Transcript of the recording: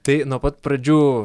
tai nuo pat pradžių